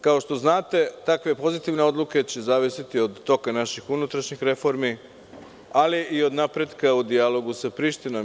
Kao što znate, takve pozitivne odluke će zavisiti od toga naših unutrašnjih reformi, ali i od napretka u dijalogu za Prištinom.